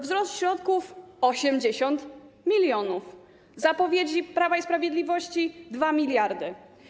Wzrost środków - 80 mln. Zapowiedzi Prawa i Sprawiedliwości - 2 mld.